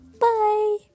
bye